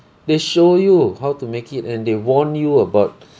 they show you how to make it and they warn you about